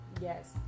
yes